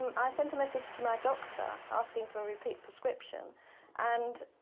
um i sent a message to my doctor asking for a repeat prescription and.